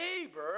neighbor